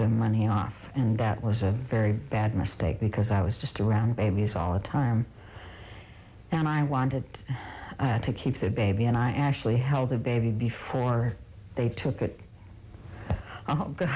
some money off and that was a very bad mistake because i was just around babies all the time and i wanted to keep the baby and i actually held the baby before they took